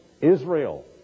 Israel